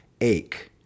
Ache*